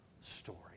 story